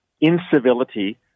incivility